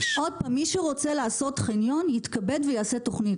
ומי שרוצה לעשות חניון שיתכבד ויעשה תוכנית.